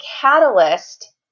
catalyst